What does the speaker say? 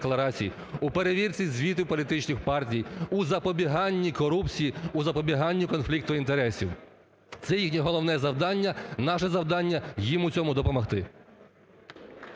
у перевірці звіту політичних партій, у запобіганні корупції, у запобіганні конфлікту інтересів. Це їх головне завдання, наше завдання – їм у цьому допомогти.